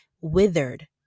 withered